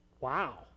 Wow